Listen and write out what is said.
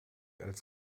als